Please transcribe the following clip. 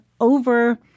over